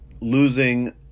losing